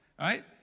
right